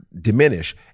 diminish